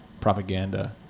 propaganda